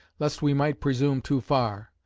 lest we might presume too far.